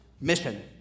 mission